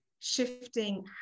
shifting